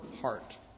heart